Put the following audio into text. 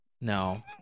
No